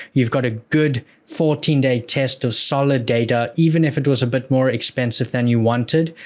you've got a good fourteen day test of solid data, even if it was a bit more expensive than you wanted,